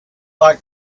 like